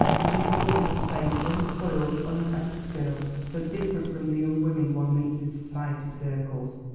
and she was always the same unspoiled, unaffected girl, so different from the young women one meets in society circles.